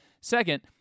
second